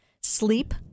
sleep